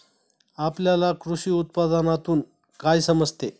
आपल्याला कृषी उत्पादनातून काय समजते?